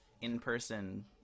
in-person